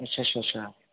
आथसा सा सा